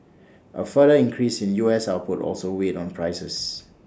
A further increase in U S output also weighed on prices